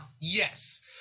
Yes